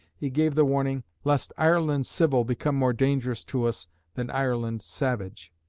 he gave the warning, lest ireland civil become more dangerous to us than ireland savage.